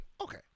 Okay